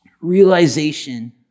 realization